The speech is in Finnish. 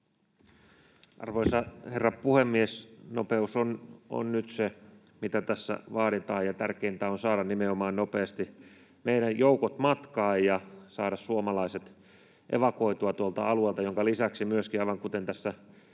Arvoisa herra puhemies! Nopeus on nyt se, mitä tässä vaaditaan, ja tärkeintä on saada meidän joukot nimenomaan nopeasti matkaan ja saada suomalaiset evakuoitua tuolta alueelta, minkä lisäksi myöskin, aivan kuten tässä